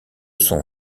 son